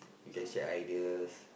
we can share ideas